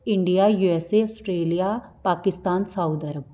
India USA Australia Pakistan Saudi Arabia